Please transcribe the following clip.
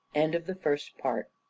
end of the first part.